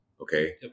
Okay